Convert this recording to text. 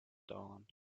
dawn